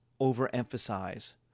overemphasize